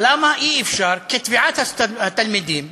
למה אי-אפשר, כתביעת התלמידים,